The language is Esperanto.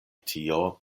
tio